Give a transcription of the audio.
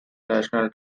national